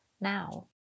now